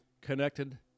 connected